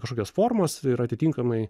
kažkokios formos ir atitinkamai